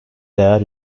değer